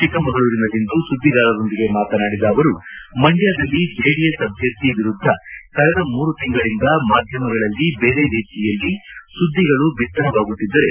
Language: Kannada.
ಚಿಕ್ಕಮಗಳೂರಿನಲ್ಲಿಂದು ಸುದ್ದಿಗಾರರೊಂದಿಗೆ ಮಾತನಾಡಿದ ಅವರು ಮಂಡ್ತದಲ್ಲಿ ಜೆಡಿಎಸ್ ಅಭ್ಯರ್ಥಿ ವಿರುದ್ಧ ಕಳೆದ ಮೂರು ಶಿಂಗಳಿನಿಂದ ಮಾಧ್ವಮಗಳಲ್ಲಿ ಬೇರೆ ರೀತಿಯಲ್ಲಿ ಸುದ್ದಿಗಳು ಬಿತ್ತರವಾಗುತ್ತಿದ್ದರೆ